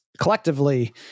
collectively